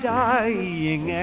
dying